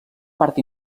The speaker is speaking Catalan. part